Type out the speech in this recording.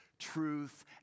truth